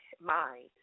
mind